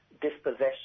dispossession